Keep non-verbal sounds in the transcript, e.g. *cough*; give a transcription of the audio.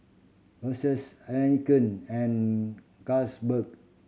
Royces Heinekein and *unintelligible*